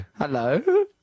Hello